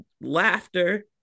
laughter